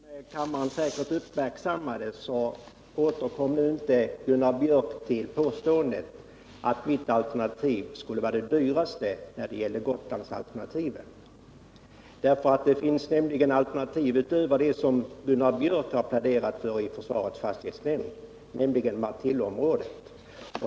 Herr talman! Som kammarens ledamöter säkert uppmärksammade återkom inte Gunnar Björk i Gävle till att mitt alternativ skulle vara det dyraste av Gotlandsalternativen. Det finns nämligen andra alternativ än de som Gunnar Björk pläderat för i försvarets fastighetsnämnd, nämligen Martilleområdet.